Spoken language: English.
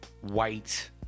white